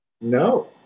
No